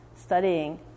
studying